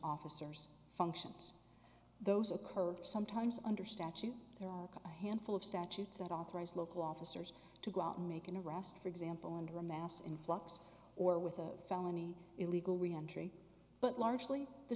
officers functions those occur sometimes under statute there are a handful of statutes that authorize local officers to go out and make an arrest for example under a mass influx or with a felony illegal reentry but largely the